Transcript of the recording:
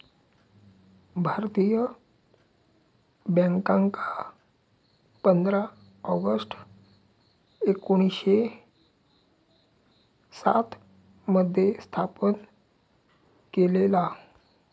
भारतीय बॅन्कांका पंधरा ऑगस्ट एकोणीसशे सात मध्ये स्थापन केलेला